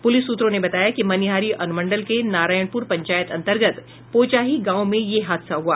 police सूत्रों ने बताया कि मनिहारी अनुमंडल के नारायणपुर पंचायत अंतर्गत पोचाही गांव में यह हादसा हुआ